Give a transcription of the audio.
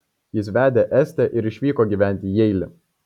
jis vedė estę ir išvyko gyventi į jeilį